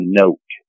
note